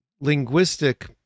linguistic